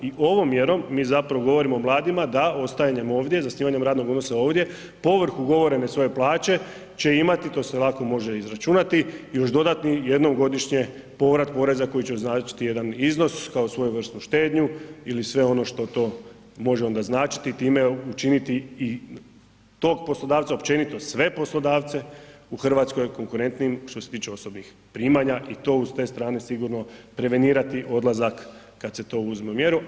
I ovom mjerom, mi zapravo govorimo o mladima da ostajanjem ovdje, zasnivanjem radnog odnosa ovdje povrh ugovorene svoje plaće će imati, to se lako može izračunati, još dodatni jednom godišnje povrat poreza koji će označiti jedan iznos kao svojevrsnu štednju ili sve ono što to može onda značiti i time učiniti tog poslodavca, općenito sve poslodavce u Hrvatskoj konkurentnijim što se tiče osobnih primanja i s te strane prevenirati odlazak kada se uzme u mjeru.